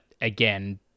again